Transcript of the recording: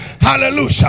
Hallelujah